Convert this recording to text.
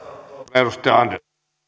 arvoisa puhemies